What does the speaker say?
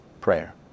prayer